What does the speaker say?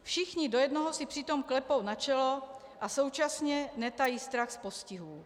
Všichni do jednoho si přitom klepou na čelo a současně netají strach z postihů.